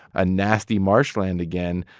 a nasty marshland again,